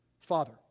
Father